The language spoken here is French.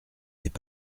n’est